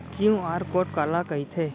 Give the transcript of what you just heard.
QR code काला कहिथे?